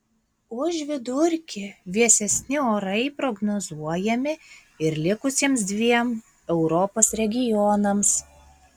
už vidurkį vėsesni orai prognozuojami ir likusiems dviem europos regionams